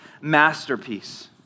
masterpiece